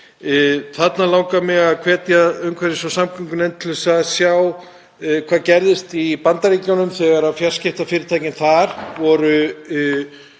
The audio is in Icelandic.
Þarna langar mig að hvetja umhverfis- og samgöngunefnd til að skoða hvað gerðist í Bandaríkjunum þegar fjarskiptafyrirtækin þar þurftu